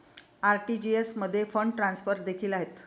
RTGS मध्ये fund transfer देखील आहेत